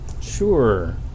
Sure